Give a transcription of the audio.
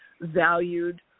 valued